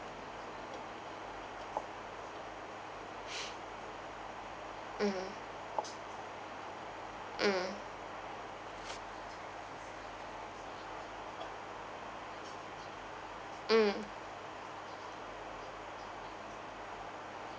mmhmm mm mm